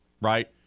right